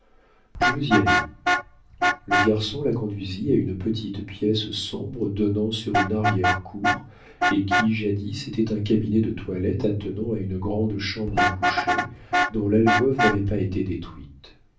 je veux y aller le garçon la conduisit à une petite pièce sombre donnant sur une arrière-cour et qui jadis était un cabinet de toilette attenant à une grande chambre à coucher dont l'alcôve n'avait pas été détruite